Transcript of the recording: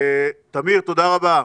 תמיר, תודה רבה.